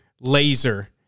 Laser